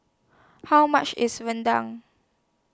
How much IS Rendang